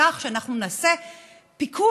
בכך שאנחנו נעשה פיקוח